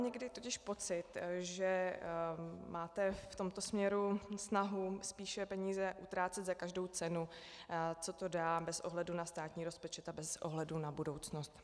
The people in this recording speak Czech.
Někdy mám totiž pocit, že máte v tomto směru snahu spíše peníze utrácet za každou cenu, co to dá, bez ohledu na státní rozpočet a bez ohledu na budoucnost.